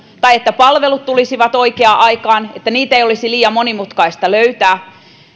tai siitä että palvelut tulisivat oikeaan aikaan ja niitä ei olisi liian monimutkaista löytää